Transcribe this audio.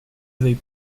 veuille